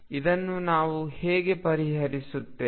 ಇದನ್ನು ನಾವು ಹೇಗೆ ಪರಿಹರಿಸುತ್ತೇವೆ